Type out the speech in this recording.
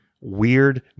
weird